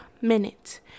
minute